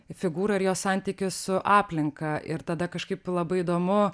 figūrą ir jos santykį su aplinka ir tada kažkaip labai įdomu